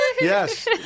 Yes